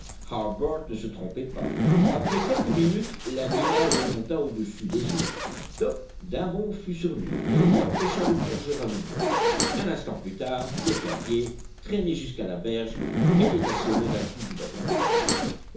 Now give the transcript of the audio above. ne se trompait pas après quelques minutes l'animal remonta au-dessus des eaux top d'un bond fut sur lui et l'empêcha de plonger à nouveau un instant plus tard le cabiai traîné jusqu'à la berge était assommé d'un coup du bâton de